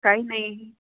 काही नाही